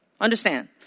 Understand